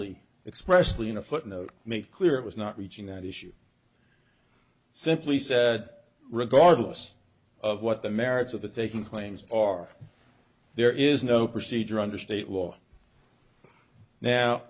expressly in a footnote make clear it was not reaching that issue simply said regardless of what the merits of the taking claims are there is no procedure under state law now